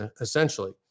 essentially